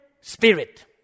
spirit